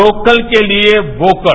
local के लिए vocal